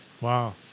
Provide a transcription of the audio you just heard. Wow